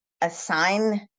assign